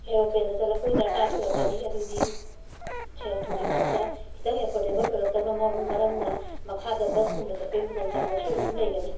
ꯑꯦꯔꯣꯄ꯭ꯂꯦꯟꯗ ꯆꯠꯂꯛꯄꯒꯤ ꯗꯔꯀꯥꯔꯁꯨ ꯑꯣꯏꯔꯛꯀꯅꯤ ꯑꯗꯨꯗꯤ ꯁꯦꯜ ꯊꯨꯝꯒꯤ ꯃꯔꯛꯇ ꯈꯤꯇꯪ ꯑꯦꯐꯣꯔꯗꯦꯕꯜ ꯑꯣꯏꯔꯛꯇꯕ ꯃꯔꯝ ꯃꯔꯝꯅ ꯃꯈꯥꯗ ꯕꯁ ꯀꯨꯝꯕꯗ ꯆꯠꯄꯩ ꯈꯨꯗꯣꯡꯆꯥꯕꯁꯨ ꯑꯗꯨꯝ ꯂꯩꯒꯅꯤ